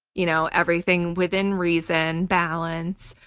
you know everything within reason, balance,